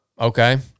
Okay